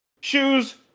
Shoes